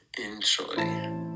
enjoy